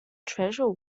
treasure